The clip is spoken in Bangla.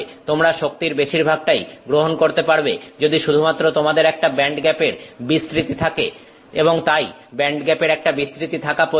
তোমরা শক্তির বেশিরভাগটা গ্রহণ করতে পারবে যদি শুধুমাত্র তোমাদের ব্যান্ডগ্যাপের একটা বিস্তৃতি থাকে এবং তাই ব্যান্ডগ্যাপের একটা বিস্তৃতি থাকা প্রয়োজন